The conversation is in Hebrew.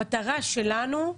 המטרה שלנו,